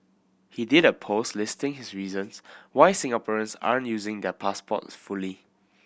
he did a post listing his reasons why Singaporeans are using their passports fully